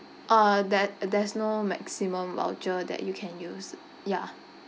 uh there there's no maximum voucher that you can use ya